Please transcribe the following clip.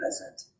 present